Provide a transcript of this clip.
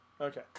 Okay